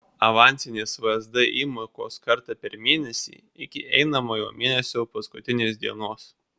avansinės vsd įmokos kartą per mėnesį iki einamojo mėnesio paskutinės dienos